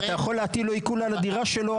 ואתה יכול להטיל לו עיקול על הדירה שלו,